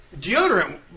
Deodorant